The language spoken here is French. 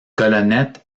colonnettes